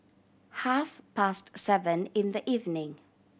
half past seven in the evening